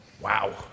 Wow